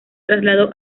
trasladó